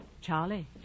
Charlie